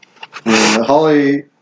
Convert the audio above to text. Holly